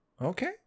Okay